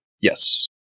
Yes